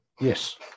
Yes